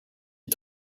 est